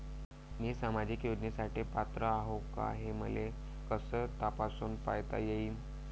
मी सामाजिक योजनेसाठी पात्र आहो का, हे मले कस तपासून पायता येईन?